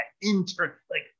inter-like